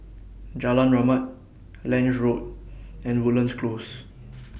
Jalan Rahmat Lange Road and Woodlands Close